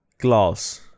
Glass